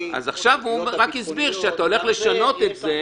אז עכשיו הוא הסביר שכשאתה הולך לשנות את זה,